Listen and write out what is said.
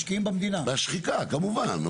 מהשחיקה, כמובן,